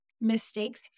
mistakes